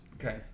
Okay